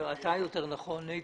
איתן,